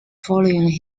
following